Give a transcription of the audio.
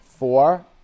Four